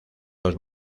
los